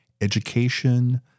education